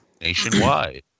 Nationwide